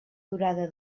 durada